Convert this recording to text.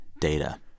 data